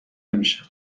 نمیشن